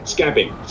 Scabbing